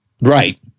Right